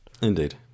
Indeed